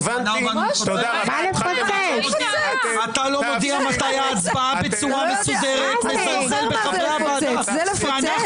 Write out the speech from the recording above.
ולהערכתי יש סיכוי מאוד גבוה שאם חוק כמו זה שאנחנו